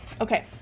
Okay